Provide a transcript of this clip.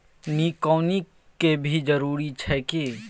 निकौनी के भी जरूरी छै की?